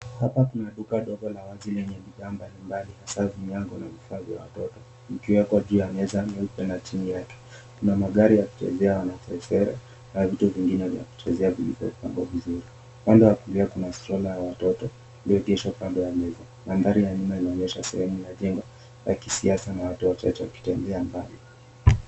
Hapa ni duka dogo na waziililijaa bidhaa mbali mbali hasa vinyago na vifaa vya watoto vimewekwa juu ya meza na chini yake kuna magari yakuchezea na vitu vingine vya kumchezea vilivyopangwa vizuri. Upande wa kulia kuna bastola ya watoto iliyoegeshwa kando ya meza. Mandhari ya nyuma inaonyesha sehemu ya jengo ya kisasa na watu wachache wakitembea mbali.